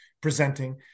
presenting